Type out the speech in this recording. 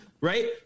right